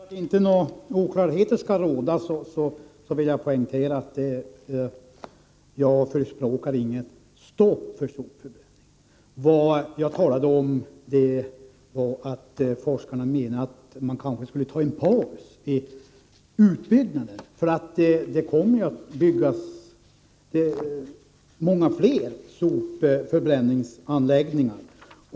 Herr talman! För att inga oklarheter skall råda vill jag poängtera att jag inte förespråkar något stopp för sopförbränning. Vad jag talade om var att forskarna menar att man kanske skulle göra en paus i utbyggnaden. Det kommer ju att byggas många fler sopförbränningsanläggningar.